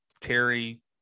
Terry –